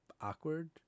awkward